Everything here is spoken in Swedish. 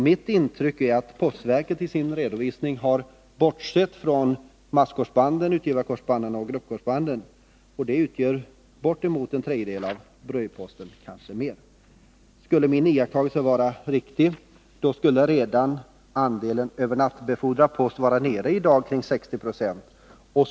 Mitt intryck är att postverket i sin redovisning har bortsett från masskorsbanden, utgivarkorsbanden och gruppkorsbanden, och de utgör bortemot en tredjedel av brevposten, kanske mer. Skulle denna nya iakttagelse vara riktig, då skulle andelen övernattbefordrad post redan i dag vara nere kring 60 76.